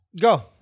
Go